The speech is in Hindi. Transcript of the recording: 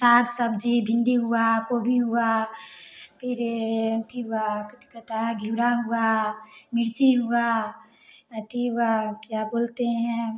साग सब्ज़ी भिन्डी हुआ गोभी हुआ फिर मेथी हुआ कितकिताक गेंदा हुआ मिर्ची हुआ मैथी हुआ अब क्या बोलते हैं